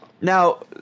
Now